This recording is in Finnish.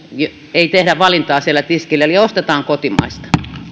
ei tehdä valintaa siellä tiskillä eli ostetaan kotimaista